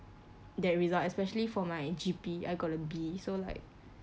that result especially for my G_P I got a B so like